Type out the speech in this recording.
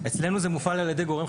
אצלנו זה מופעל על ידי גורם חיצוני,